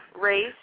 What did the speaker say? Race